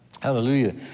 Hallelujah